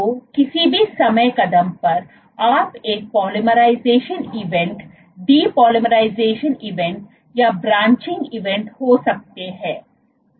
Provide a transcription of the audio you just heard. तो किसी भी समय कदम पर आप एक पोलीमराइज़ेशन इवेंट डेपोलाइराइज़ेशन इवेंट या ब्रांचिंग इवेंट हो सकते हैं